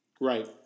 Right